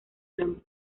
gran